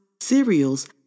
cereals